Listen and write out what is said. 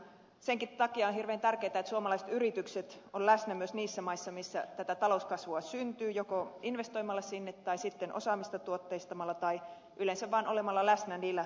senkin takia on hirveän tärkeätä että suomalaiset yritykset ovat läsnä myös niissä maissa missä tätä talouskasvua syntyy joko investoimalla sinne tai sitten osaamista tuotteistamalla tai yleensä vaan olemalla läsnä niillä markkinoilla